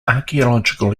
archaeological